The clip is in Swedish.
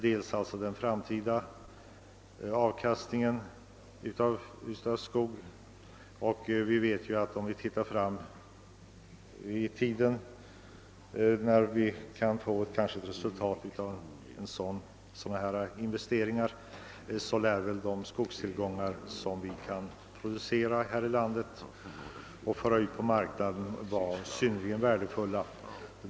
Därtill kommer att när dessa investeringar börjar ge resultat, så lär de skogstillgångar som vi kan föra ut på marknaden vara synnerligen värdefulla.